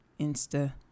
Insta